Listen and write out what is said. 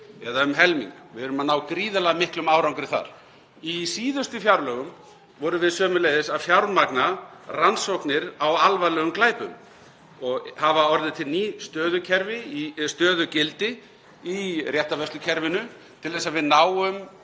eða um helming. Við erum að ná gríðarlega miklum árangri þar. Í síðustu fjárlögum vorum við sömuleiðis að fjármagna rannsóknir á alvarlegum glæpum og hafa orðið til ný stöðugildi í réttarvörslukerfinu til að við náum